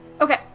Okay